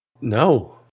No